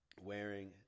wearing